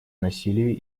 насилия